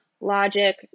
logic